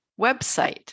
website